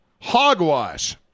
Hogwash